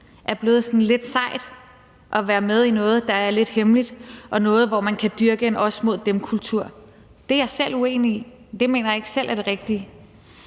er blevet sådan lidt sejt at være med i noget, der er lidt hemmeligt, og noget, hvor man kan dyrke en os mod dem-kultur. Det er jeg selv uenig i. Det mener jeg ikke selv er det rigtige.